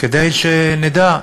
כדי שנדע,